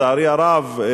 לצערי הרב,